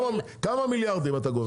כמה מיליארדים אתה גובה?